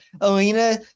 Alina